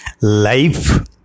life